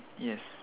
yes